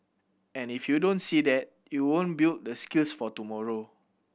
and if you don't see that you won't build the skills for tomorrow